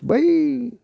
बै